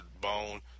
Bone